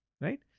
right